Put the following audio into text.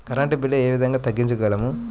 Current bill ఏ విధంగా తగ్గించుకోగలము?